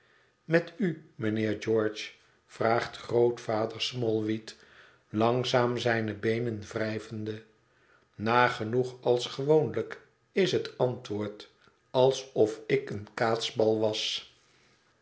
met u mijnheer george vraagt grootvader smallweed langzaam zijne beenen wrijvende nagenoeg als gewoonlijk is het antwoord alsof ik een kaatsbal was